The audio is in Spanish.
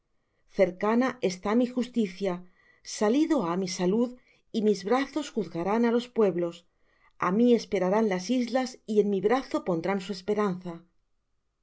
cercana está mi justicia salido ha mi salud y mis brazos juzgarán á los pueblos á mí esperarán las islas y en mi brazo pondrán su esperanza